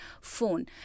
phone